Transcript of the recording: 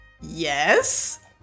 yes